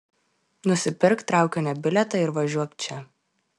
nusipirk traukinio bilietą ir važiuok čia